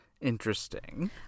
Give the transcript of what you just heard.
Interesting